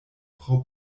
frau